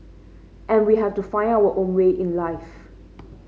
and we have to find our own way in life